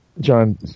John